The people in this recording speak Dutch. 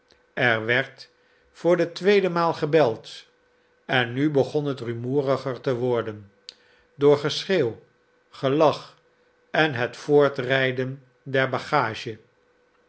er werd voor de tweede maal gebeld en nu begon het rumoeriger te worden door geschreeuw gelach en het voortrijden der bagage